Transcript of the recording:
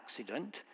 accident